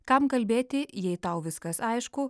kam kalbėti jei tau viskas aišku